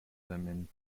them